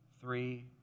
three